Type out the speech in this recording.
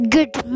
Good